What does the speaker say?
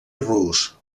rus